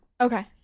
Okay